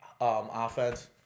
offense